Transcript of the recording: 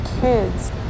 kids